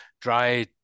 dry